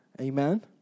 amen